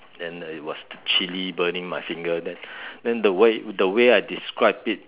then it was chili burning my finger then then the way the way I describe it